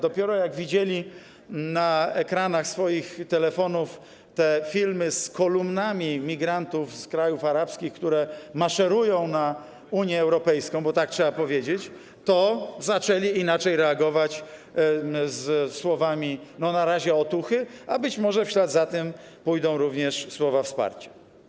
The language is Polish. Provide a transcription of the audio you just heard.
Dopiero gdy widzieli na ekranach swoich telefonów filmy z kolumnami migrantów z krajów arabskich, które maszerują na Unię Europejską - bo tak trzeba powiedzieć - to zaczęli inaczej reagować, na razie słowami otuchy, a być może w ślad za tym pójdą również słowa wsparcia.